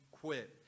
quit